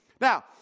Now